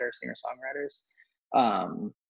singer-songwriters